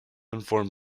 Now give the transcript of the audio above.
inform